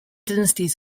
dynasties